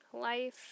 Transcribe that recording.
Life